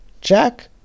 Jack